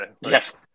Yes